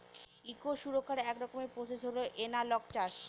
eco সুরক্ষার এক রকমের প্রসেস হল এনালগ চাষ